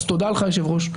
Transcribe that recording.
תודה לך היושב-ראש,